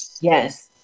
Yes